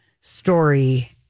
story